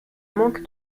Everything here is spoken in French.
manque